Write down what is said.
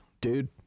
dude